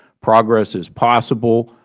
progress is possible,